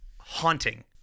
haunting